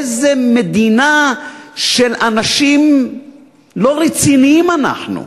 באיזה מדינה של אנשים לא רציניים אנחנו?